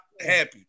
happy